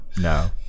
no